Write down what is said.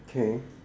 okay